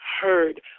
heard